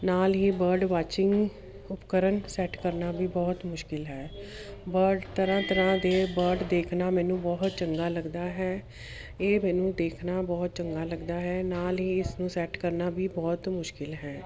ਨਾਲ ਹੀ bird watching ਉਪਕਰਨ ਸੈਟ ਕਰਨਾ ਵੀ ਬਹੁਤ ਮੁਸ਼ਕਲ ਹੈ ਬਰਡ ਤਰ੍ਹਾਂ ਤਰ੍ਹਾਂ ਦੇ ਬਰਡ ਦੇਖਣਾ ਮੈਨੂੰ ਬਹੁਤ ਚੰਗਾ ਲੱਗਦਾ ਹੈ ਇਹ ਮੈਨੂੰ ਦੇਖਣਾ ਬਹੁਤ ਚੰਗਾ ਲੱਗਦਾ ਹੈ ਨਾਲ ਹੀ ਇਸਨੂੰ ਸੈਟ ਕਰਨਾ ਵੀ ਬਹੁਤ ਮੁਸ਼ਕਲ ਹੈ